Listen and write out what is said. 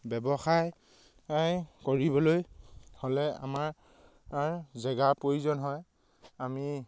ব্যৱসায় কৰিবলৈ হ'লে আমাৰ জেগাৰ প্ৰয়োজন হয় আমি